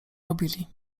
robili